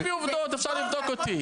אני מביא עובדות, אפשר לבדוק אותי.